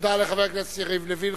תודה לחבר הכנסת יריב לוין.